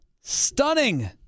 Stunning